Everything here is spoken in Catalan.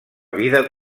vida